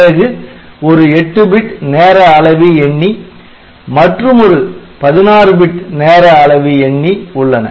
பிறகு ஒரு 8 பிட் நேர அளவி எண்ணி மற்றுமொரு 16 பிட் நேர அளவி எண்ணி உள்ளன